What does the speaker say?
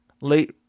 late